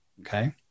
Okay